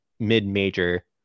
mid-major